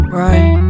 right